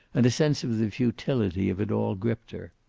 and a sense of the futility of it all gripped her.